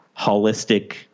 holistic